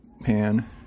pan